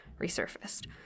resurfaced